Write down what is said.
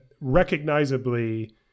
recognizably